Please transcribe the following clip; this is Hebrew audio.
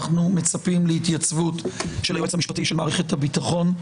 אנחנו מצפים להתייצבות של היועץ המשפטי של מערכת הביטחון,